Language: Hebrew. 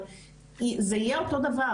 זה יהיה אותו דבר,